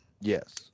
yes